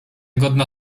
godna